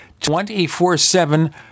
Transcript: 24-7